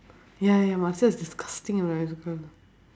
ya ya muscle is disgusting right as a girl